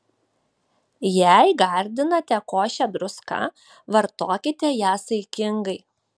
jei gardinate košę druska vartokite ją saikingai